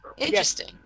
interesting